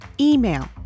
email